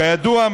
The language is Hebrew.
כידוע,